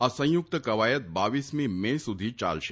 આ સંયુક્ત કવાયત રરમી મે સુધી ચાલશે